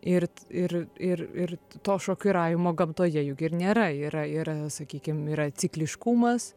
ir ir ir ir to šokiravimo gamtoje juk ir nėra yra yra sakykim yra cikliškumas